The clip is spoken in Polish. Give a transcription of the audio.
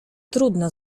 trudno